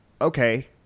okay